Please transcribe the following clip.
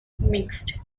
mixed